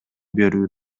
берүүнү